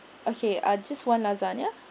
okay ah just one lasagna